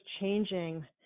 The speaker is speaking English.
changing